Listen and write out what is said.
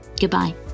Goodbye